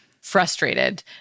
frustrated